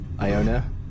Iona